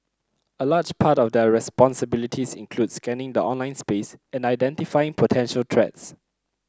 a large part of their responsibilities includes scanning the online space and identifying potential threats